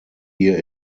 year